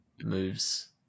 moves